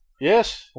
Yes